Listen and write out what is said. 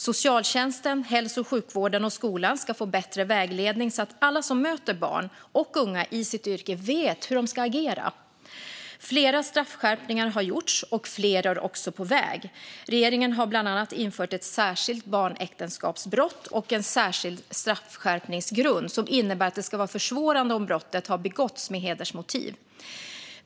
Socialtjänsten, hälso och sjukvården och skolan ska få bättre vägledning så att alla som möter barn och unga i sitt yrke vet hur de ska agera. Flera straffskärpningar har gjorts, och fler är också på väg. Regeringen har bland annat infört ett särskilt barnäktenskapsbrott och en särskild straffskärpningsgrund som innebär att det ska vara försvårande om brottet har begåtts med hedersmotiv.